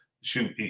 Shoot